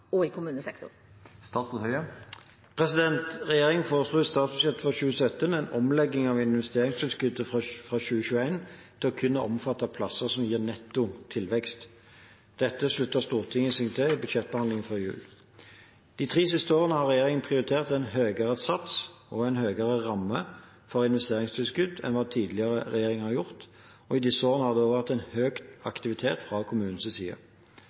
og i kommunesektoren?» Regjeringen foreslo i statsbudsjettet for 2017 en omlegging av investeringstilskuddet fra 2021 til kun å omfatte plasser som gir netto tilvekst. Dette sluttet Stortinget seg til i budsjettbehandlingen før jul. De tre siste årene har regjeringen prioritert en høyere sats og en høyere ramme for investeringstilskudd enn hva tidligere regjeringer har gjort, og i disse årene har det vært høy aktivitet fra kommunenes side. Mange uhensiktsmessige plasser er byttet ut og